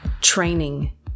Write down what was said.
training